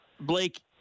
Blake